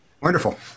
Wonderful